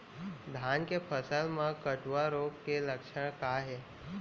धान के फसल मा कटुआ रोग के लक्षण का हे?